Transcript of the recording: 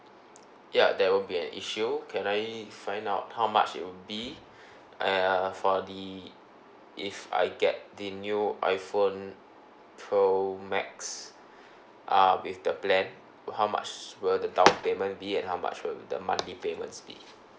ya that won't be an issue can I find out how much it will be err for the if I get the new iPhone pro max uh with the plan how much will the down payment be and how much will the monthly payments be